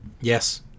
Yes